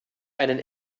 einen